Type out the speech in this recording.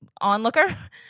onlooker